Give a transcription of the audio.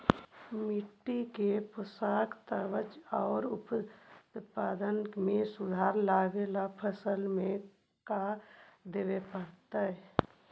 मिट्टी के पोषक तत्त्व और उत्पादन में सुधार लावे ला फसल में का देबे पड़तै तै?